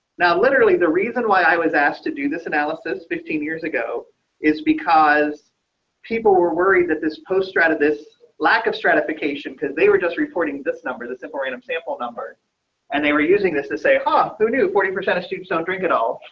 now, literally, the reason why i was asked to do this analysis fifteen years ago is because people were worried that this post strata. this lack of stratification, because they were just reporting this number. this simple random sample number and they were using this to say hot new forty percent of students don't drink at all.